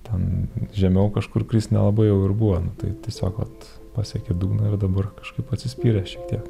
ten žemiau kažkur krist nelabai jau ir buvo nu tai tiesiog vat pasiekė dugną ir dabar kažkaip atsispyrė šiek tiek